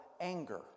anger